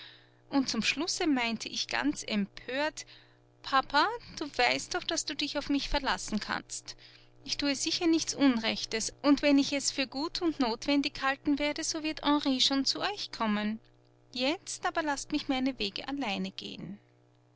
und zum schlusse meinte ich ganz empört papa du weißt doch daß du dich auf mich verlassen kannst ich tue sicher nichts unrechtes und wenn ich es für gut und notwendig halten werde so wird henry schon zu euch kommen jetzt aber laßt mich meine wege allein gehen